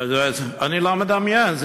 אני לא מדמיין.